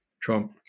Trump